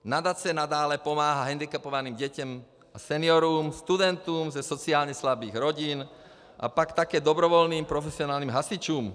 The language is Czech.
Nadace nadále pomáhá hendikepovaným dětem, seniorům, studentům ze sociálně slabých rodin a pak také dobrovolným profesionálním hasičům.